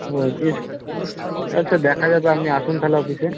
হুম ঠিক আছে দেখা যাবে আপনি আসুন তাহলে অফিসে